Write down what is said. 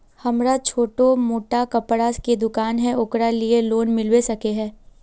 हमरा छोटो मोटा कपड़ा के दुकान है ओकरा लिए लोन मिलबे सके है?